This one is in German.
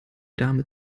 dame